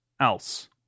else